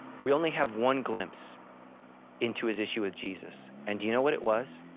we only have one glimpse into his issue with jesus and do you know what it was?